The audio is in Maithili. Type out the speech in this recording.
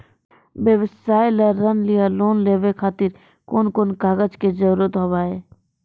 व्यवसाय ला ऋण या लोन लेवे खातिर कौन कौन कागज के जरूरत हाव हाय?